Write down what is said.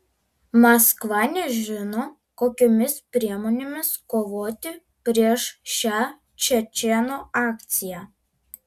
maskva nežino kokiomis priemonėmis kovoti prieš šią čečėnų akciją